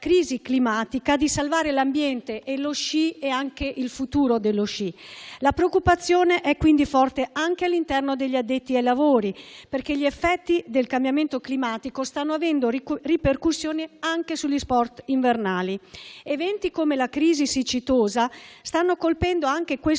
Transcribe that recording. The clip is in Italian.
crisi climatica, di salvare l'ambiente e il futuro dello sci. La preoccupazione è quindi forte anche tra gli addetti ai lavori, perché gli effetti del cambiamento climatico stanno avendo ripercussioni sugli stessi sport invernali. Eventi come la crisi siccitosa stanno colpendo anche questo